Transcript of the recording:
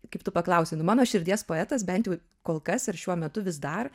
kaip tu paklausei nu mano širdies poetas bent jau kol kas ir šiuo metu vis dar